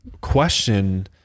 question